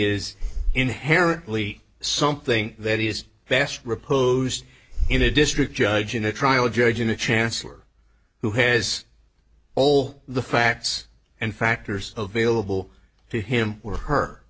is inherently something that is best reposed in a district judge in a trial judge in a chancellor who has all the facts and factors available to him or her